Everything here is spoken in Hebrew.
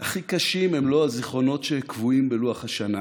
הכי קשים הם לא הזיכרונות שקבועים בלוח השנה,